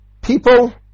people